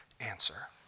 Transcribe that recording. answer